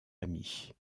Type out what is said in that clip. ami